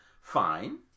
fine